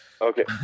Okay